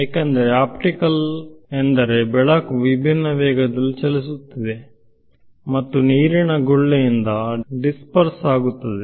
ಏಕೆಂದರೆ ಆಪ್ಟಿಕಲ್ ಎಂದರೆ ಬೆಳಕು ವಿಭಿನ್ನ ವೇಗದಲ್ಲಿ ಚಲಿಸುತ್ತಿದೆ ಮತ್ತು ನೀರಿನ ಗುಳ್ಳೆ ಇಂದ ಡಿಸ್ಪರ್ಸ್ ಆಗುತ್ತದೆ